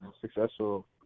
successful